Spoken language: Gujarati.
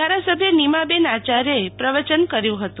ધારાસભ્ય નીમાબેન આચાર્ય પ્રવચન કર્યું હતું